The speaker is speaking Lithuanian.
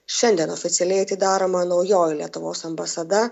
šiandien oficialiai atidaroma naujoji lietuvos ambasada